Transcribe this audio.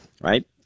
right